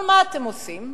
אבל מה אתם עושים?